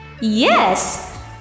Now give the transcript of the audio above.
Yes